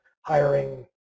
hiring